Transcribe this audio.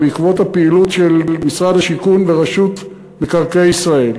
בעקבות הפעילות של משרד השיכון ורשות מקרקעי ישראל,